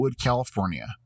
California